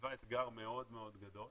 מציבה אתגר מאוד מאוד גדול